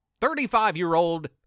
Thirty-five-year-old